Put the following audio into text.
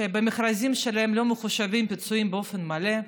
שבמכרזים שלהם לא מחושבים פיצויים באופן מלא.